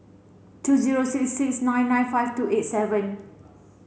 two zero six six nine nine five two eight seven